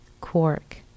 quark